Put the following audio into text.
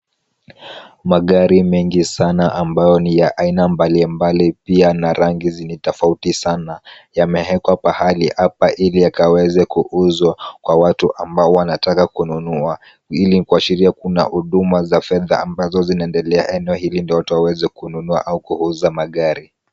Magari mengi sana ambayo ni ya aina tofauti pia na rangi ni tofauti sana, yameekwa pahali hapa ili yakaweze kuuzwa kwa watu ambao wanataka kununua. Hii ni kuashiria kuna huduma za fedha ambazo zinaendelea eneo hili ndio watu waweze kununua au kuuza magari.